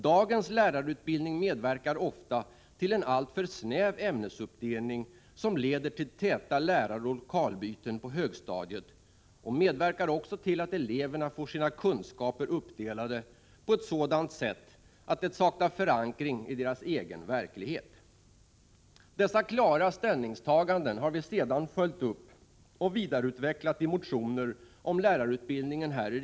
Dagens lärarutbildning medverkar ofta till en alltför snäv ämnesuppdelning, som leder till täta läraroch lokalbyten på högstadiet och som också medverkar till att eleverna får sina kunskaper uppdelade på ett sådant sätt att kunskaperna saknar förankring i deras egen verklighet. Dessa klara ställningstaganden har vi under de senaste åren här i riksdagen följt upp och vidareutvecklat i motioner om lärarutbildningen.